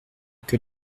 que